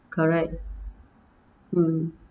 correct mm